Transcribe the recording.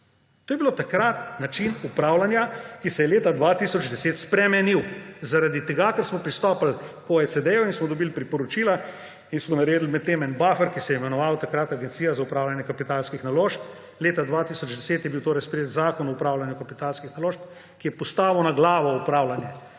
To je bil takrat način upravljanja, ki se je leta 2010 spremenil zaradi tega, ker smo pristopili k OECD in smo dobili priporočila in smo naredili med tem en buffer, ki se je imenoval takrat Agencija za upravljanje kapitalskih naložb. Leta 2010 je bil torej sprejet Zakon o upravljanju kapitalskih naložb, ki je postavil na glavo upravljanje,